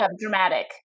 dramatic